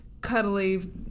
cuddly